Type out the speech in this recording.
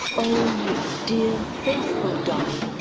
oh, you dear faithful dolly,